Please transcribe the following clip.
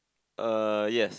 uh yes